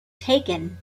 taken